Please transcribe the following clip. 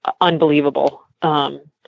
unbelievable